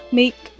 make